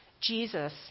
Jesus